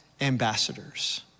ambassadors